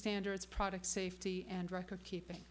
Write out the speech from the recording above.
standards product safety and record keeping